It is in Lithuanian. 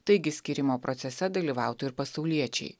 taigi skyrimo procese dalyvautų ir pasauliečiai